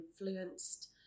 influenced